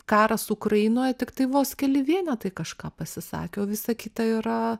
karas ukrainoje tiktai vos keli vienetai kažką pasisakė o visa kita yra